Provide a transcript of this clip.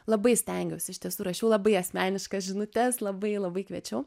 labai stengiaus iš tiesų rašiau labai asmeniškas žinutes labai labai kviečiau